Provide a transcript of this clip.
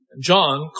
John